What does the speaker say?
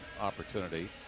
opportunity